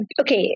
Okay